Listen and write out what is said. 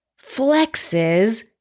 flexes